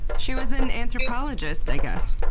she was an anthropologist, i guess.